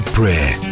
prayer